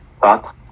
Thoughts